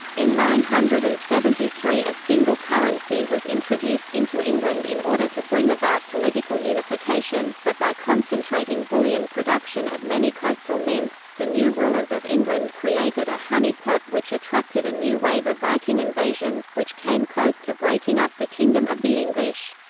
in nine hundred and seventy three a single currency was introduced into england in order to bring about political unification, but by concentrating bullion production at many coastal mints, the new rulers of england created a honey-pot which attracted a new wave of viking invasions, which came close to breaking up the kingdom of the english.